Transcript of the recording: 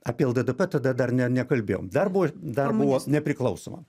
apie lddp tada dar ne nekalbėjom dar buvo dar buvo nepriklausoma